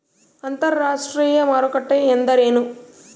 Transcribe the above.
ಅಂತರಾಷ್ಟ್ರೇಯ ಮಾರುಕಟ್ಟೆ ಎಂದರೇನು?